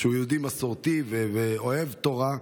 שהוא יהודי מסורתי ואוהב תורה,